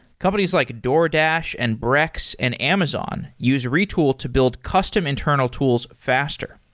companies like a doordash, and brex, and amazon use retool to build custom internal tools faster.